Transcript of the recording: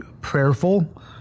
prayerful